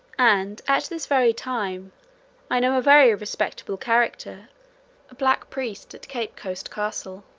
and at this very time i know a very respectable character a black priest at cape coast castle.